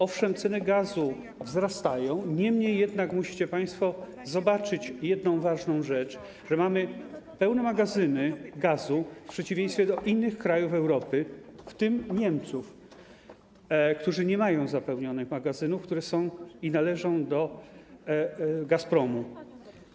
Owszem, ceny gazu wzrastają, niemniej jednak musicie państwo zwrócić uwagę na jedną ważną rzecz: że mamy pełne magazyny gazu w przeciwieństwie do innych krajów Europy, w tym Niemiec, które nie mają zapełnionych magazynów, które należą do Gazpromu.